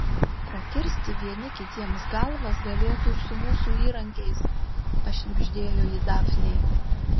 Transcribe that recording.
prakirsti vieni kitiems galvas galėtų ir su mūsų įrankiais pašnibždėjo ji dafnei